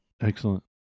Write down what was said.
Excellent